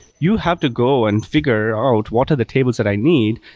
you have to go and figure out what are the tables that i need.